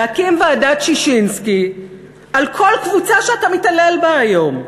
להקים ועדת ששינסקי על כל קבוצה שאתה מתעלל בה היום.